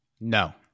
No